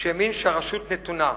שהאמין שהרשות נתונה.